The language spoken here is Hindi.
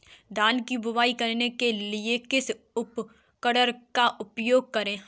धान की बुवाई करने के लिए किस उपकरण का उपयोग करें?